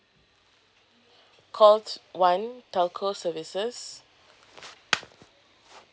call to~ one telco services